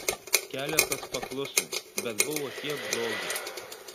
keletas pakluso bet buvo tiek blogio